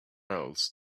else